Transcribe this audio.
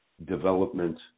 development